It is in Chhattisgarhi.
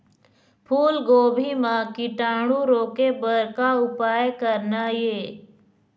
फूलगोभी म कीटाणु रोके बर का उपाय करना ये?